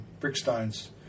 Brickstone's